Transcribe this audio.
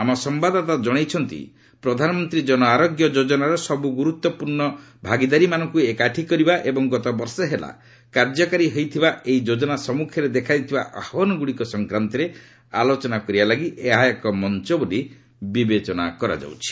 ଆମର ସମ୍ଭାଦଦାତା ଜଣାଇଛନ୍ତି ପ୍ରଧାନମନ୍ତ୍ରୀ ଜନଆରୋଗ୍ୟ ଯୋଜନାର ସବ୍ର ଗୁର୍ରତ୍ୱ ପୂର୍ଣ୍ଣ ଭାଗୀଦାରୀମାନଙ୍କ ଏକାଠି କରିବା ଏବଂ ଗତ ବର୍ଷେ ହେଲା କାର୍ଯ୍ୟକାରୀ ହୋଇଥିବା ଏହି ଯୋଜନା ସମ୍ମୁଖରେ ଦେଖାଦେଇଥିବା ଆହ୍ୱାନଗୁଡ଼ିକ ସଂକ୍ରାନ୍ତରେ ଆଲୋଚନା କରିବା ଲାଗି ଏହା ଏକ ମଞ୍ଚ ବୋଲି ବିବେଚନା କରାଯାଇଛି